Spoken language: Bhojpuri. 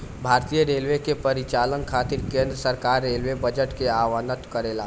भारतीय रेलवे के परिचालन खातिर केंद्र सरकार रेलवे बजट के आवंटन करेला